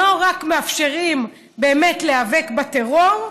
שלא מאפשרים באמת להיאבק בטרור,